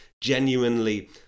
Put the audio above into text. genuinely